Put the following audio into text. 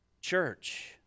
Church